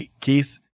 Keith